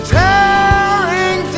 tearing